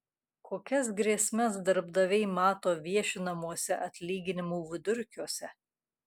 kokias grėsmes darbdaviai mato viešinamuose atlyginimų vidurkiuose